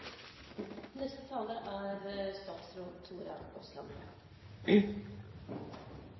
Neste taler er